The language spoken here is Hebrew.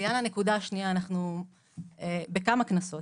לעניין הנקודה השנייה: בכמה כנסות